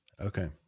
Okay